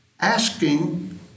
asking